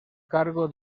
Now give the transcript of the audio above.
cargo